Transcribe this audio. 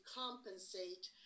compensate